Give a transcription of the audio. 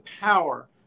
power